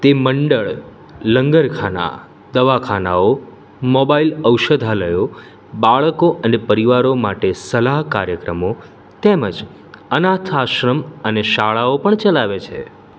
તે મંડળ લંગરખાનાં દવાખાનાઓ મોબાઈલ ઔષધાલયો બાળકો અને પરિવારો માટે સલાહ કાર્યક્રમો તેમજ અનાથાશ્રમ અને શાળાઓ પણ ચલાવે છે